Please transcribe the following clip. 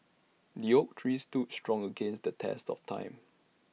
the oak tree stood strong against the test of time